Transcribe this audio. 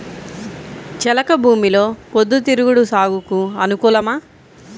చెలక భూమిలో పొద్దు తిరుగుడు సాగుకు అనుకూలమా?